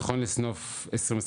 נכון לסוף 2021,